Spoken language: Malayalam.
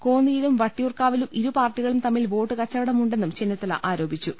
കോന്നിയിലും വട്ടിയൂർക്കാവിലും ഇരുപാർട്ടികളും തമ്മിൽ വോട്ട് കച്ചവടമുണ്ടെന്നും ചെന്നി ത്തല ആരോപിച്ചു